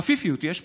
חפיפיות יש פה.